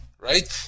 Right